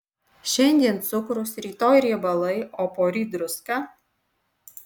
šiandien cukrus rytoj riebalai o poryt druska